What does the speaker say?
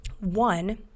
One